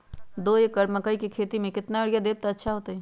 दो एकड़ मकई के खेती म केतना यूरिया देब त अच्छा होतई?